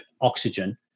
oxygen